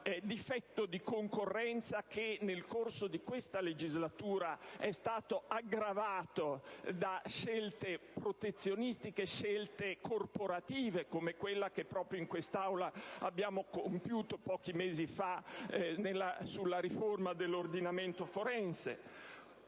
difetto di concorrenza che nel corso di questa legislatura è stato aggravato da scelte protezionistiche, scelte corporative come quella che proprio in quest'Aula abbiamo compiuto pochi mesi fa in tema di riforma dell'ordinamento forense.